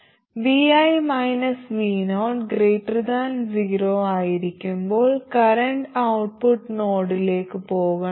vi vo 0 ആയിരിക്കുമ്പോൾ current output നോഡിലേക്ക് പോകണം